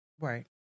Right